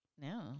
No